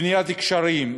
בניית גשרים,